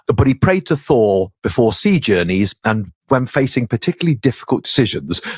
but he prayed to thor before sea journeys and when facing particularly difficult decisions.